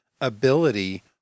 ability